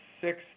six